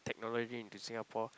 technology into Singapore